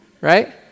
Right